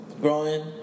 growing